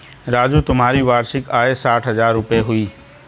राजू तुम्हारी वार्षिक आय साठ हज़ार रूपय हुई